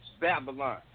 Babylon